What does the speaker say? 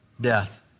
death